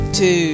Two